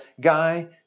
guy